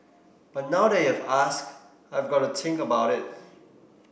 but now that you've asked I've got to think about it